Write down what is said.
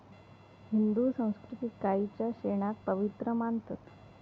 हिंदू संस्कृतीत गायीच्या शेणाक पवित्र मानतत